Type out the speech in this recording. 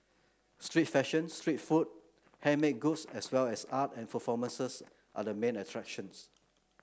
street fashion street food handmade goods as well as art and performances are the main attractions